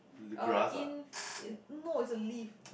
uh in no it's a leaf